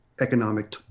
economic